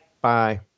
bye